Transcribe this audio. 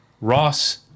Ross